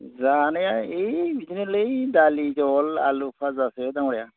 जानाया ओइ बिदिनोलै दालि जहल आलु भाजासो दाङ'रिया